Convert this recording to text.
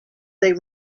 they